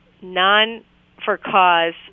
non-for-cause